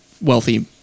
wealthy